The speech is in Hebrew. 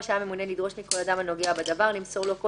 רשאי הממונה לדרוש מכל אדם הנוגע בדבר למסור לו כל